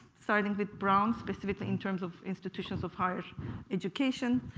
starting with brown, specifically, in terms of institutions of higher education.